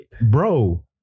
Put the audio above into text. bro